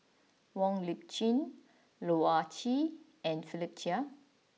Wong Lip Chin Loh Ah Chee and Philip Chia